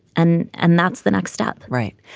and and that's the next step, right?